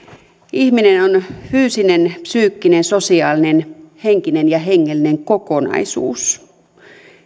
ihminen on fyysinen psyykkinen sosiaalinen henkinen ja hengellinen kokonaisuus